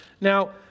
Now